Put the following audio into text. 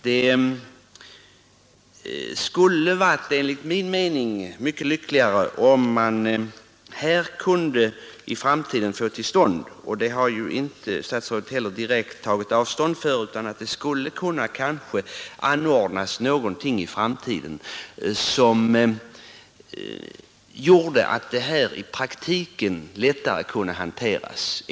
Det skulle enligt min mening vara mycket lyckligt om man i framtiden kunde åstadkomma en lösning som gjorde det lättare att hantera dessa problem i praktiken — och det har inte heller statsrådet tagit direkt avstånd från.